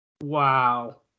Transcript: Wow